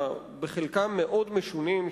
בחלקם המאוד משונים,